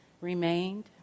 remained